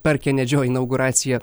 per kenedžio inauguraciją